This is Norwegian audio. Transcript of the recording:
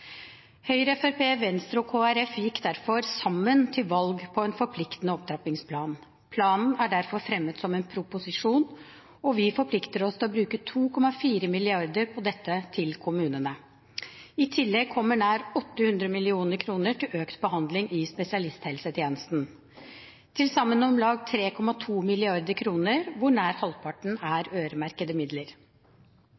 Høyre, Fremskrittspartiet, Venstre og Kristelig Folkeparti gikk derfor sammen til valg på en forpliktende opptrappingsplan. Planen er derfor fremmet som en proposisjon, og vi forplikter oss til å bruke 2,4 mrd. kr på dette til kommunene. I tillegg kommer nær 800 mill. kr til økt behandling i spesialisthelsetjenesten – til sammen om lag 3,2 mrd. kr, hvor nær halvparten er